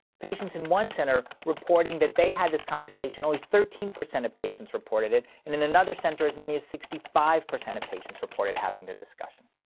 patients in one center reporting that they had this conversation only thirteen percent of patients reported it. and in another center as many as sixty five percent of patients reported having the discussion.